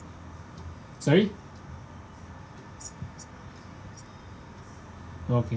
sorry okay